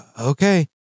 okay